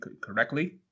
correctly